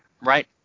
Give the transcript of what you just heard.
right